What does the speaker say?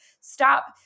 Stop